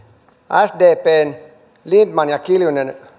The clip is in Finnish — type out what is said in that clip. sdpn lindtman ja kiljunen